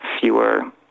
fewer